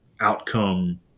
outcome